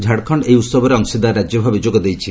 ଝାଡଖଣ୍ଡ ଏହି ଉସବରେ ଅଂଶୀଦାର ରାଜ୍ୟଭାବେ ଯୋଗଦେଇଛି